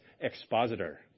expositor